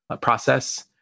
process